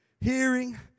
hearing